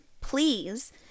please